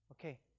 Okay